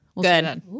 good